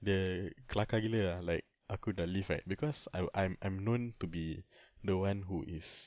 I couldn't lift eh because I I'm I'm known to be the [one] who is good I can clock with regards to an